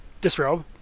disrobe